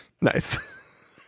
nice